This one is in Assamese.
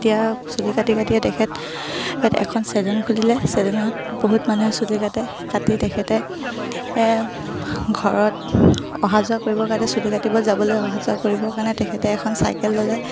এতিয়া চুলি কাটি কাটিয়ে তেখেতে এখন চেলুন খুলিলে চেলুনত বহুত মানুহে চুলি কাটে কাটি তেখেতে ঘৰত অহা যোৱা কৰিবৰ কাৰণে চুলি কাটিবলৈ যাবলৈ অহা যোৱা কৰিবৰ কাৰণে তেখেতে এখন চাইকেল ল'লে